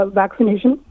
vaccination